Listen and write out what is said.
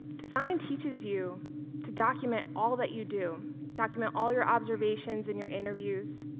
design teaches you to document all that you do, document all your observations and your interviews,